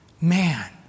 man